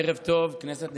ערב טוב, כנסת נכבדה,